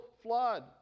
flood